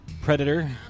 Predator